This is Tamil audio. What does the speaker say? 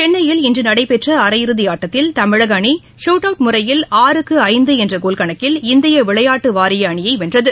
சென்னையில் இன்று நடைபெற்ற அரை இறுதி ஆட்ட்ததில் தமிழக அணி சூட் அவுட் முறையில் ஆறுக்கு ஐந்து என்ற கோல் கணக்கில் இந்திய விளையாட்டு வாரிய அணியை வென்றது